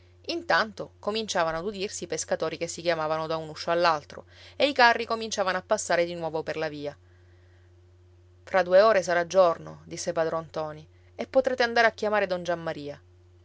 intanto cominciavano ad udirsi i pescatori che si chiamavano da un uscio all'altro e i carri cominciavano a passare di nuovo per la via fra due ore sarà giorno disse padron ntoni e potrete andare a chiamare don giammaria